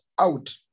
out